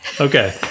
Okay